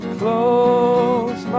close